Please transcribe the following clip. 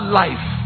life